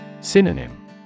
Synonym